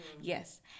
Yes